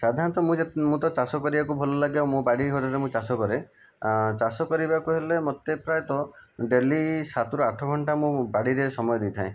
ସାଧାରଣତଃ ମୁଁ ଯେ ମୁଁ ତ ଚାଷ କରିବାକୁ ଭଲ ଲାଗେ ଆଉ ମୋ ବାଡ଼ି ଘରରେ ଚାଷ କରେ ଚାଷ କରିବାକୁ ହେଲେ ମୋତେ ପ୍ରାୟତଃ ଡେଲି ସାତ ରୁ ଆଠ ଘଣ୍ଟା ମୁଁ ବାଡ଼ିରେ ସମୟ ଦେଇଥାଏ